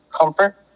Comfort